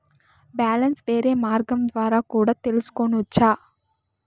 Balance వేరే మార్గం ద్వారా కూడా తెలుసుకొనొచ్చా?